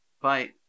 Bye